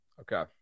Okay